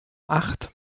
acht